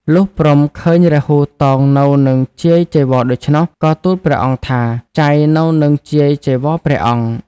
លុះព្រហ្មឃើញរាហូតោងនៅនឹងជាយចីវរដូច្នោះ ក៏ទូលព្រះអង្គថា "ចៃនៅនឹងជាយចីវរព្រះអង្គ"។